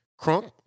Crunk